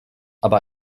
aber